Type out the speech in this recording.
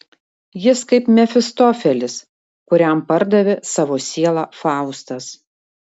jis kaip mefistofelis kuriam pardavė savo sielą faustas